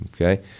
okay